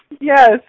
yes